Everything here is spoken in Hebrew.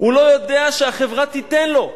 הוא לא יודע שהחברה תיתן לו.